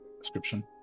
Description